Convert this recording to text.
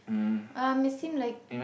um it seem like